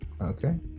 Okay